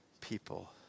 people